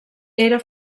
era